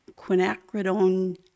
quinacridone